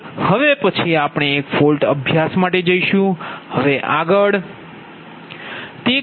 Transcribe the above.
હવે પછી આપણે એક ફોલ્ટ અભ્યાસ માટે જઇશુ બરાબર